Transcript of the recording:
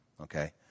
Okay